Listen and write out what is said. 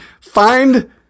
find